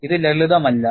ഇത് ലളിതമല്ല